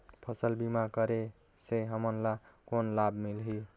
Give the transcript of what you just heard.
फसल बीमा करे से हमन ला कौन लाभ मिलही?